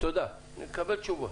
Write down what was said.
נקבל תשובות.